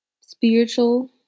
spiritual